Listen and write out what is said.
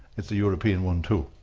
it's a european one, too.